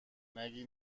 نگی